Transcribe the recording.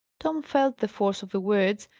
tom felt the force of the words,